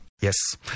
Yes